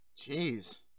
Jeez